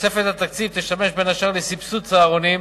תוספת התקציב תשמש, בין השאר, לסבסוד צהרונים,